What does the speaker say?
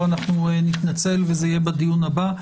אנחנו נתנצל והם יוכלו לדבר בדיון הבא.